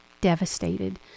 devastated